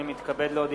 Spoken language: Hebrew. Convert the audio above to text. אני מתכבד להודיעכם,